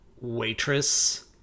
waitress